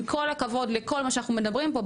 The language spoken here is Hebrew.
עם כל הכבוד לכל מה שאנחנו מדברים פה,